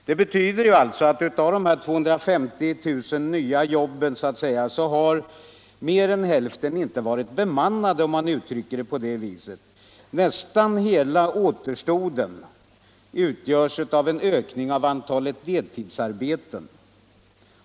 Detta betyder alltså att av de 235 000 nya jobben har mer än hälften inte varit bemannade, om man uttrycker det på det viset. Nästan hela återstoden utgörs av en ökning av antalet deltidsarbeten.